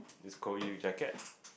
is cold use jacket